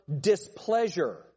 displeasure